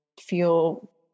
feel